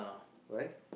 why